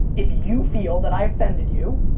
if you feel that i offended you,